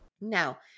Now